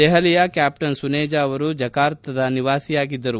ದೆಹಲಿಯ ಕ್ಯಾಪ್ಲನ್ ಸುನೇಜಾ ಅವರು ಜಕಾರ್ತಾ ನಿವಾಸಿಯಾಗಿದ್ದರು